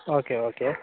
okay okay